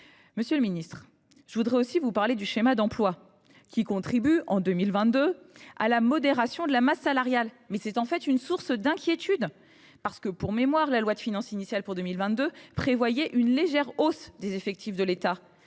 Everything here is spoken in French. Monsieur le ministre, je veux aussi vous parler du schéma d’emploi, qui contribue, en 2022, à la modération de la masse salariale. C’est, en réalité, une source d’inquiétude. Pour mémoire, la loi de finances initiale pour 2022 prévoyait une légère hausse des effectifs de l’État.